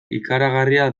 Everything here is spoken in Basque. ikaragarria